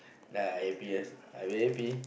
then I happiest I very happy